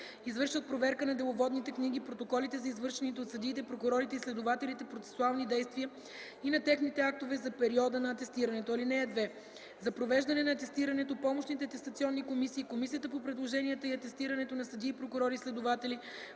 извършват проверка на деловодните книги, протоколите за извършените от съдиите, прокурорите и следователите процесуални действия и на техните актове за периода на атестирането. (2) За провеждане на атестирането помощните атестационни комисии и Комисията по предложенията и атестирането на съдии, прокурори и следователи